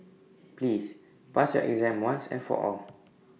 please pass your exam once and for all